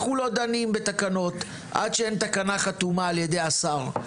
אנחנו לא דנים בתקנות עד שאין תקנה חתומה על ידי השר.